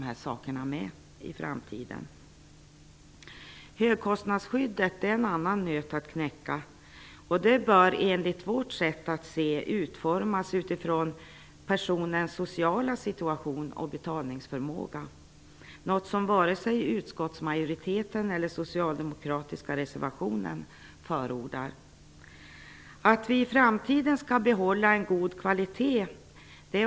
Högkostnadsskyddet är en annan nöt att knäcka. Det bör enligt vårt sätt att se det utformas utifrån personens sociala situation och betalningsförmåga. Detta förordas varken av utskottsmajoriteten eller av socialdemokraterna i sin reservation. Utskottet påpekar också oroligt att vi i framtiden måste kunna behålla en god kvalitet.